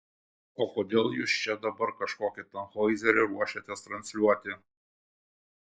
o kodėl jūs čia dabar kažkokį tanhoizerį ruošiatės transliuoti